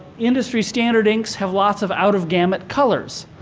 industry standard inks have lots of out of gamut colors.